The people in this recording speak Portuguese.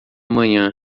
manhã